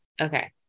Okay